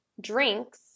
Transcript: drinks